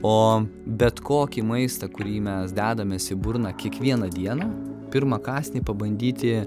o bet kokį maistą kurį mes dedamės į burną kiekvieną dieną pirmą kąsnį pabandyti